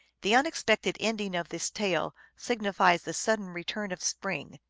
the unexpected ending of this tale signifies the sudden return of spring.